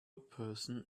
person